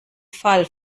fall